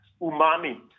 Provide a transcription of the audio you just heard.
umami